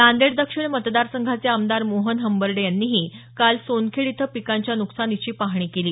नांदेड दक्षिण मतदारसंघाचे आमदार मोहन हंबर्डे यांनीही काल सोनखेड इथं पिकांच्या न्कसानीची पाहणी केली